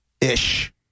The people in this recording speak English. ish